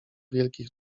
wielkich